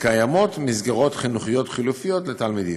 וקיימות מסגרות חינוכיות חלופיות לתלמידים.